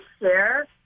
share